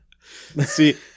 See